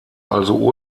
also